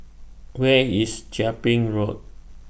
Where IS Chia Ping Road